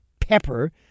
Pepper